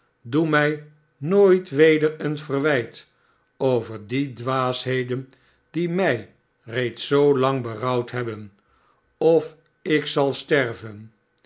doe mij nooit weder een verwijt over die dwaasheden die mij reeds zoolang berouwd hebben of ik zal sterven